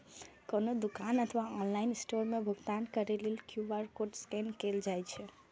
कोनो दुकान अथवा ऑनलाइन स्टोर मे भुगतान करै लेल क्यू.आर कोड स्कैन कैल जाइ छै